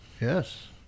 Yes